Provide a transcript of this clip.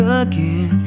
again